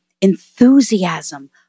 enthusiasm